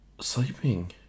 Sleeping